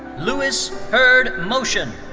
lewis hurd motion.